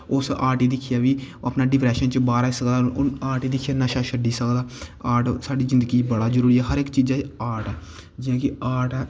उस आर्ट गी दिक्खियै बी अपने डिप्रेशन कोला बाहर आई सकै ते आर्ट गी दिक्खियै नशा छड्डी सकदा आर्ट साढ़ी जिंदगी गी बड़ा किश देई सकदी ऐ हर इक्क आर्ट ऐ जिंदे आर्ट ऐ